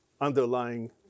underlying